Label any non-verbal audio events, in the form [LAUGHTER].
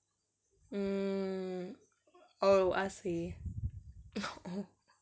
mm oh I see [LAUGHS] oh